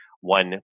One